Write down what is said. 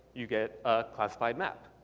you get a classified map.